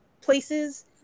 places